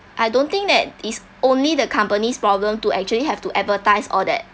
I don't think that is only the company's problem to actually have to advertise all that